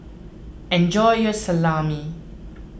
enjoy your Salami